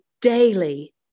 daily